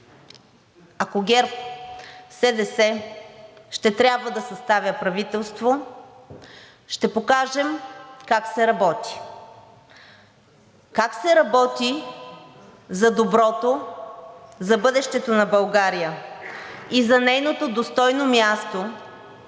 ако ГЕРБ-СДС ще трябва да съставя правителство, ще покажем как се работи. Как се работи за доброто, за бъдещето на България и за нейното достойно място